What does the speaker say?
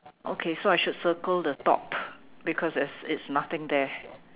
okay so I should circle the top because there it's nothing there